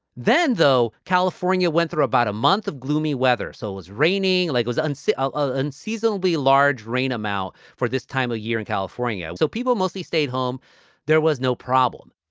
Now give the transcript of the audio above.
then, though, california went through about a month of gloomy weather, so was raining like was uncivil, unseasonably large rain amount for this time of year in california. so people mostly stayed home there was no problem.